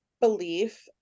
belief